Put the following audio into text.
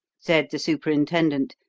said the superintendent,